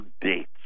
dates